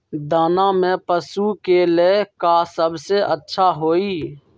दाना में पशु के ले का सबसे अच्छा होई?